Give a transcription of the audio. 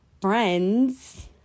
friends